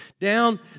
down